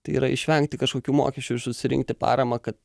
tai yra išvengti kažkokių mokesčių ir susirinkti paramą kad